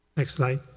next slide.